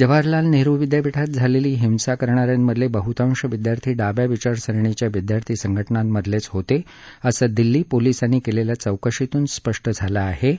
जवाहरलाल नेहरु विद्यापीठात झालेली हिंसा करणाऱ्यांमधले बहुतांश विद्यार्थी डाव्या विचारसरणीच्या विद्यार्थी संघटनांमधलेच होते असं दिल्ली पोलिसांनी केलेल्या चौकशीतून स्पष्ट झालं आहे